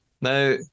Now